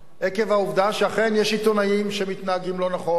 עקב העובדה שאכן יש עיתונאים שמתנהגים לא נכון,